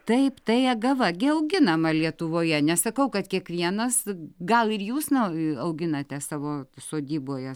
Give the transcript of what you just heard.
taip tai agava gi auginama lietuvoje nesakau kad kiekvienas gal ir jūs na auginate savo sodyboje